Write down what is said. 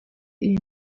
iyi